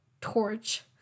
torch